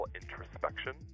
introspection